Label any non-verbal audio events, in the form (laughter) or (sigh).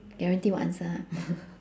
guarantee what answer ah (laughs)